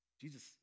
Jesus